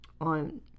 on